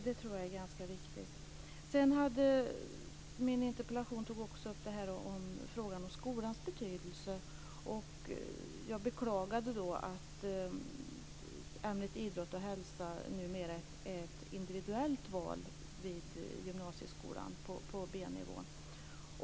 Detta tror jag är ganska viktigt. I min interpellation tog jag också upp frågan om skolans betydelse, och jag beklagade att ämnet idrott och hälsa numera är ett individuellt val i gymnasieskolan på B-nivå.